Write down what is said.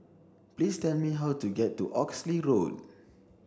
please tell me how to get to Oxley Road